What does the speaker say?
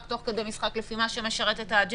תוך כדי משחק לפי מה שמשרת את האג'נדה?